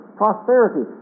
prosperity